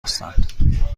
هستند